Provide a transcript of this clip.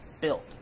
built